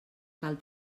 cal